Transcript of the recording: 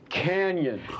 canyon